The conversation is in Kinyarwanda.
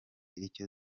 icyo